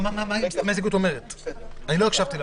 מה אומרות ההסתייגויות?